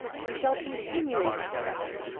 you shall continue in my service,